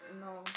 No